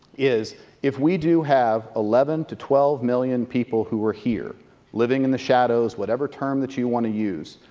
is if we do have eleven to twelve million people who are here living in the shadows, whatever term that you want to use,